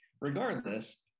regardless